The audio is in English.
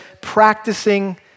practicing